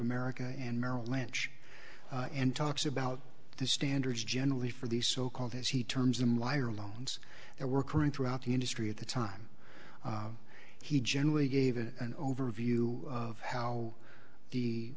america and merrill lynch and talks about the standards generally for these so called as he terms them liar loans that were current throughout the industry at the time he generally gave it an overview of how the